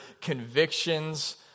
convictions